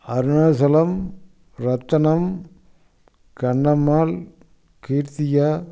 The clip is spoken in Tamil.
அருணாச்சலம் ரத்தினம் கண்ணம்மாள் கீர்த்திகா